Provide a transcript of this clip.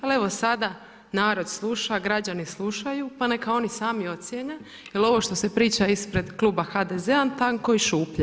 Ali evo sada narod sluša, građani slušaju pa neka oni sami ocijene jel ovo što se priča ispred Kluba HDZ-a tanko i šuplje.